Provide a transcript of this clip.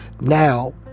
now